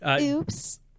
Oops